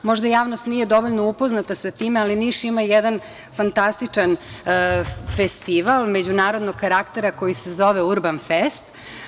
Možda javnost nije dovoljno upoznata sa time, ali Niš ima jedan fantastičan festival međunarodnog karaktera koji se zove Urban fest.